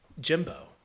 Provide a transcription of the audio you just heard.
Jimbo